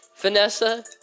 Vanessa